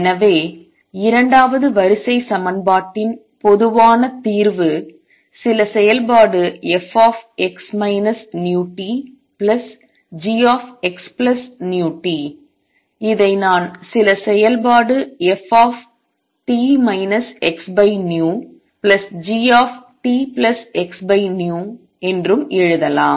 எனவே இரண்டாவது வரிசை சமன்பாட்டின் பொதுவான தீர்வு சில செயல்பாடு fx vtgxvt இதை நான் சில செயல்பாடு ft xvgtxv என்றும் எழுதலாம்